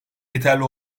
yeterli